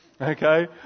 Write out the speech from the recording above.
Okay